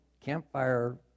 campfire